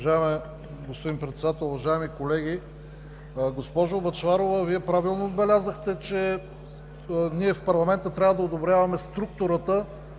Уважаема госпожо Председател, уважаеми колеги! Госпожо Бъчварова, Вие правилно отбелязахте, че ние в парламента трябва да одобряваме структурата